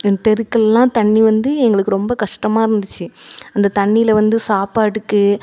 தெருக்கள்லாம் தண்ணி வந்து எங்களுக்கு ரொம்ப கஷ்டமாக இருந்துச்சு அந்த தண்ணியில் வந்து சாப்பாட்டுக்கு